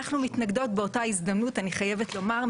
באותה הזדמנות אני חייבת לומר,